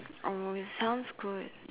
oh it sounds good